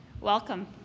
Welcome